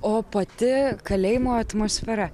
o pati kalėjimo atmosfera